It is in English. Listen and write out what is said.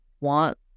want